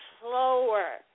slower